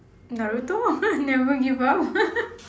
naruto never give up